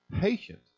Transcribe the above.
Patient